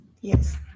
Yes